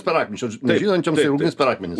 per akmenis čia už nežinančiam čia ugnis per akmenis